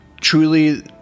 Truly